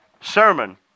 sermon